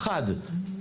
אחד,